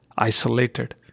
isolated